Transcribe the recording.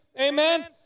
amen